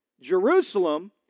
jerusalem